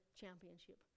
championship